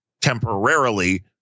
temporarily